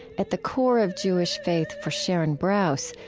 at the core of jewish faith, for sharon brous,